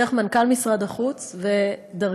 דרך מנכ"ל משרד החוץ ודרכי.